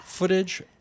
Footage